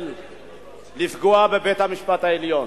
של לפגוע בבית-המשפט העליון.